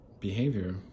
behavior